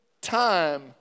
time